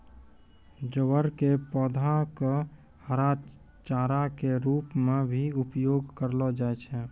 ज्वार के पौधा कॅ हरा चारा के रूप मॅ भी उपयोग करलो जाय छै